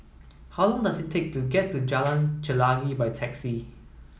how long does it take to get to Jalan Chelagi by taxi